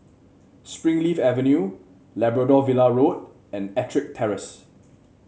Springleaf Avenue Labrador Villa Road and EttricK Terrace